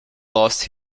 lost